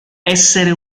essere